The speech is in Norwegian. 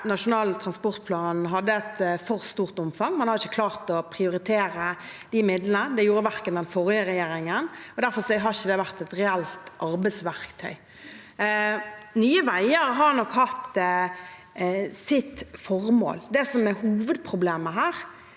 nasjonale transportplanen hadde et for stort omfang, man har ikke klart å prioritere de midlene. Det gjorde ikke den forrige regjeringen. Derfor har det ikke vært et reelt arbeidsverktøy. Nye veier har nok hatt sitt formål. Det som er hovedproblemet her,